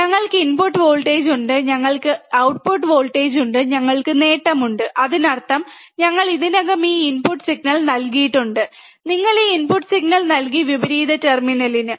ഞങ്ങൾക്ക് input voltage ഉണ്ട് ഞങ്ങൾക്ക് ഔട്ട്പുട്ട് വോൾട്ടേജ് ഉണ്ട് ഞങ്ങൾക്ക് നേട്ടമുണ്ട് അതിനർത്ഥം ഞങ്ങൾ ഇതിനകം ഈ ഇൻപുട്ട് സിഗ്നൽ നൽകിയിട്ടുണ്ട് നിങ്ങൾ ഈ ഇൻപുട്ട് സിഗ്നൽ നൽകി വിപരീത ടെർമിനലിന്